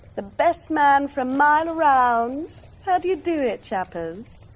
the best man for a mile around. how do you do it, chappers?